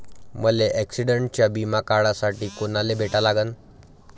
मले ॲक्सिडंटचा बिमा काढासाठी कुनाले भेटा लागन?